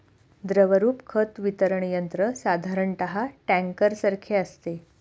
द्रवरूप खत वितरण यंत्र साधारणतः टँकरसारखे असते